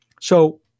So-